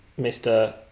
Mr